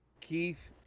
Keith